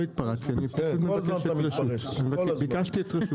לא, אני לא התפרצתי, ביקשתי את הרשות.